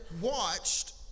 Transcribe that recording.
watched